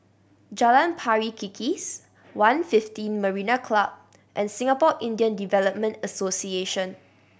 Jalan Pari Kikis One Fifteen Marina Club and Singapore Indian Development Association